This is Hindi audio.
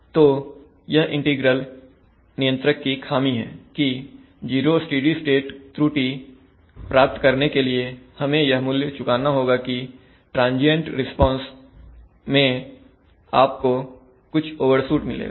तो यह इंटीग्रल नियंत्रक की खामी है कि 0 स्टेडी स्टेट त्रुटि प्राप्त करने के लिए हमें यह मूल्य चुकाना होगा कि ट्रांजियंट रिस्पांस मैं आपको कुछ ओवरशूट मिलेगा